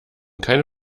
keine